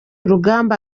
rugamba